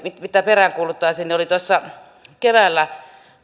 mitä peräänkuuluttaisin tuossa keväällä